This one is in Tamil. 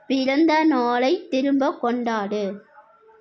பிறந்த நாளை திரும்ப கொண்டாடு